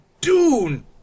Dune